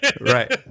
Right